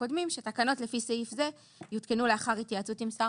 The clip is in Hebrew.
תקנות לפי סעיף זה יותקנו לאחר התייעצות עם שר